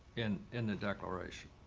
in in the declaration,